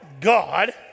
God